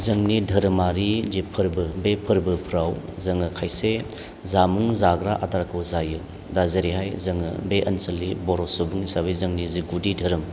जोंनि धोरोमारि जे फोरबो बे फोरबोफ्राव जोङो खायसे जामुं जाग्रा आदारखौ जायो दा जेरैहाय जोङो बे ओनसोलनि बर' सुबुं हिसाबै जोंनि जे गुदि धोरोम